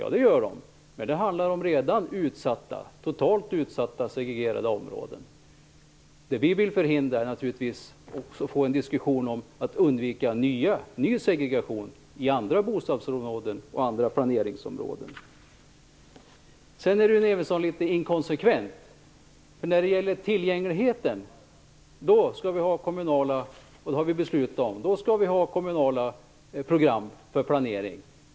Ja, det gör man, men det handlar då om redan utsatta totalt segregerade områden. Vad vi vill förhindra är naturligtvis en ny segregation i andra bostads och planeringsområden. Rune Evensson är litet inkonsekvent. När det gäller tillgängligheten skall det finnas, det har vi beslutat om, kommunala program för planering.